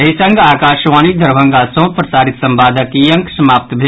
एहि संग आकाशवाणी दरभंगा सँ प्रसारित संवादक ई अंक समाप्त भेल